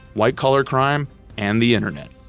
white collar crime and the internet.